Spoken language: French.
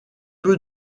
peu